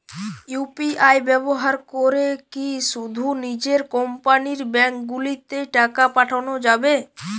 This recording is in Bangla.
ইউ.পি.আই ব্যবহার করে কি শুধু নিজের কোম্পানীর ব্যাংকগুলিতেই টাকা পাঠানো যাবে?